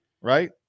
right